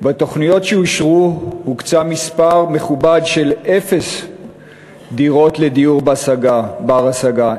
בתוכניות שאושרו הוקצה מספר מכובד של אפס דירות לדיור בר-השגה.